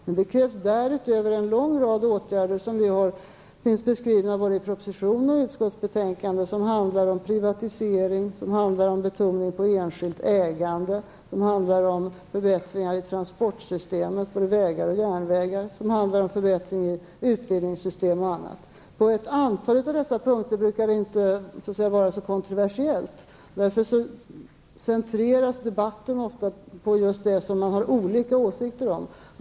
Därutöver krävs det en lång rad åtgärder, som finns beskrivna både i propositionen och i utskottsbetänkandet. Det handlar om privatisering, betoning på enskilt ägande, förbättringar i transportsystem på vägar och järnvägar, förbättringar i utbildningssystem osv. Ett antal av dessa punkter brukar inte vara så kontroversiella. Därför centreras debatten ofta kring just det som man har olika åsikter om.